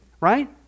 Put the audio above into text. right